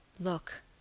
Look